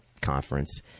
conference